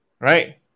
right